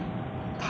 oh